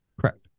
Correct